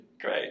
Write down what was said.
Great